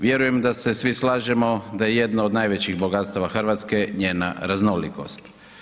Vjerujem da se svi slažemo da je jedna od najvećih bogatstava Hrvatske njena raznolikost.